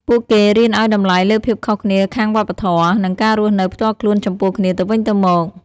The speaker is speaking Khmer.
ពួកគេរៀនឱ្យតម្លៃលើភាពខុសគ្នាខាងវប្បធម៌ និងការរស់នៅផ្ទាល់ខ្លួនចំពោះគ្នាទៅវិញទៅមក។